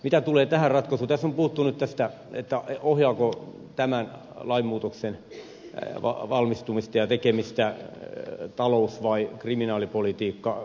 mitä tulee tähän ratkaisuun niin tässä on puhuttu nyt siitä ohjaako tämän lainmuutoksen valmistumista ja tekemistä talous vai kriminaalipolitiikka